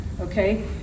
Okay